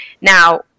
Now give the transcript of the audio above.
Now